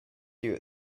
you